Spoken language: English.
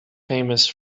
famous